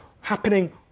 happening